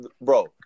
Bro